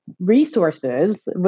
resources